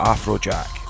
Afrojack